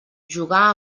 jugar